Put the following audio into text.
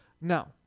Now